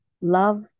love